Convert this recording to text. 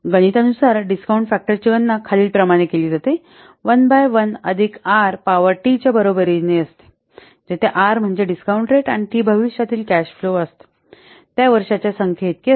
गणितानुसार discount factor ची गणना खालीलप्रमाणे केली जाते ते 1 बाय 1 अधिक आर पॉवर टी च्या बरोबरीचे असते जेथे आर डिस्काउंट रेट टी भविष्यकाळातील कॅश फ्लो उद्भवते त्या वर्षांच्या संख्येइतकी असते